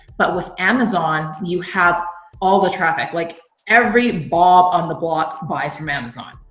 but with amazon, you have all the traffic. like every bob on the block buys from amazon,